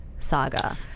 saga